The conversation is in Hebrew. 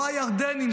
לא הירדנים,